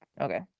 okay